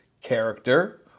character